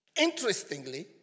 Interestingly